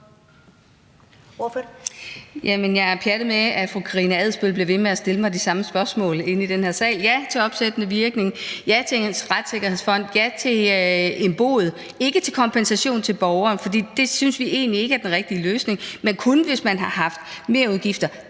Jeg er pjattet med, at fru Karina Adsbøl bliver ved med at stille mig de samme spørgsmål i den her sal. Ja til opsættende virkning. Ja til en retssikkerhedsfond. Ja til en bod – ikke til kompensation til borgere, for det synes vi egentlig ikke er den rigtige løsning – kun hvis man har haft merudgifter.